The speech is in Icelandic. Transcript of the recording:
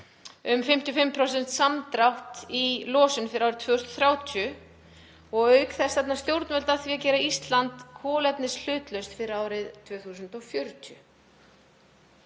um 55% samdrátt í losun fyrir árið 2030. Auk þess stefna stjórnvöld að því að gera Ísland kolefnishlutlaust fyrir árið 2040.